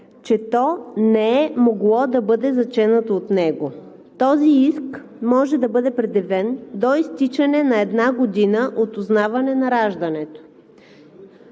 че то не е могло да бъде заченато от него. Този иск може да бъде предявен до изтичане на една година от узнаване на раждането.“